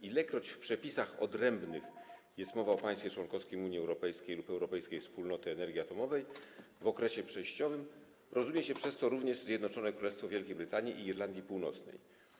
Ilekroć w przepisach odrębnych jest mowa o państwie członkowskim Unii Europejskiej lub Europejskiej Wspólnoty Energii Atomowej w okresie przejściowym, rozumie się przez to również Zjednoczone Królestwo Wielkiej Brytanii i Irlandii Północnej.